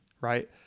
right